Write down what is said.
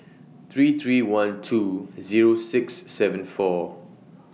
three three one two Zero six seven four